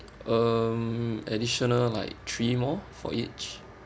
um additional like three more for each